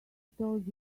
told